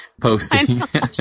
posting